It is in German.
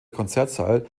konzertsaal